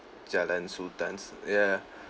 jalan sultans yeah